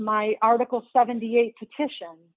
my article seventy eight petition